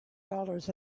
dollars